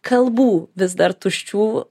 kalbų vis dar tuščių